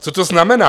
Co to znamená?